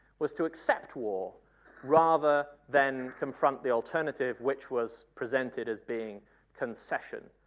was to accept war rather than confront the alternative which was presented as being concession,